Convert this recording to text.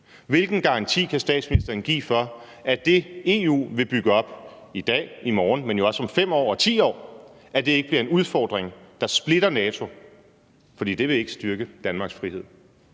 Hvilken garanti kan statsministeren give for, at det EU, vi bygger op i dag, i morgen, men også om 5 år og 10 år, ikke bliver en udfordring, der splitter NATO? For det vil ikke styrke Danmarks frihed.